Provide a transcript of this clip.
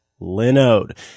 Linode